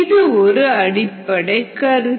இது ஒரு அடிப்படை கருத்து